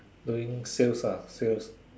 doing sales ah sales